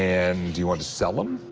and do you want to sell them?